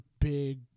big